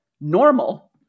normal